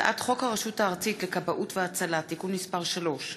הצעת חוק הרשות הארצית לכבאות והצלה (תיקון מס' 3),